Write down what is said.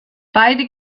beide